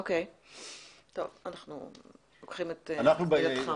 אוקיי, טוב אנחנו לוקחים את מילתך.